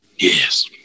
Yes